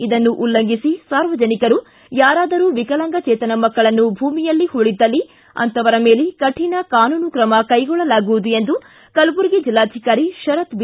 ಇದನ್ನು ಉಲ್ಲಂಘಿಸಿ ಸಾರ್ವಜನಿಕರು ಯಾರಾದರು ವಿಕಲಾಂಗಚೇತನ ಮಕ್ಕಳನ್ನು ಭೂಮಿಯಲ್ಲಿ ಹೂಳಿದ್ದಲ್ಲಿ ಅಂತವರ ಮೇಲೆ ಕಠಿಣ ಕಾನೂನು ತ್ರಮ ಕೈಗೊಳ್ಳಲಾಗುವುದು ಎಂದು ಕಲಬುರಗಿ ಜಿಲ್ಲಾಧಿಕಾರಿ ಶರತ್ ಬಿ